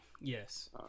yes